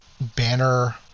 banner